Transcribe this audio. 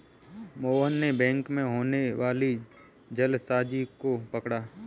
मोहन ने बैंक में होने वाली जालसाजी को पकड़ा